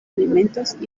alimentos